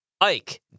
Ike